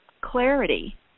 clarity